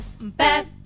bad